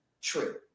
true